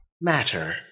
matter